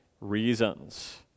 reasons